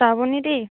Shrabani দি